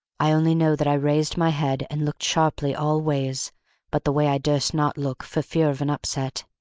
i only know that i raised my head and looked sharply all ways but the way i durst not look for fear of an upset.